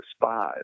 five